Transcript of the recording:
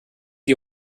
die